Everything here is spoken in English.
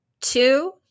two